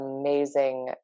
amazing